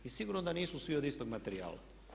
I sigurno da nisu svi od istog materijala.